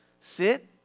Sit